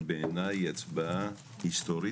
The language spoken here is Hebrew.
שבעיניי היא הצבעה היסטורית.